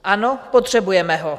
Ano, potřebujeme ho.